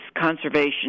conservation